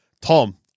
Tom